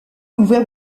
ouvert